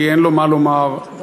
אלא מפני שאין לו מה לומר לעם.